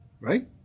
right